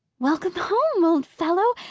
welcome home, old fellow!